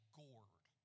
gourd